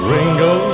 Ringo